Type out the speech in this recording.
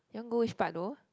your one go which part though